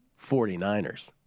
49ers